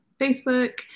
Facebook